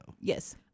Yes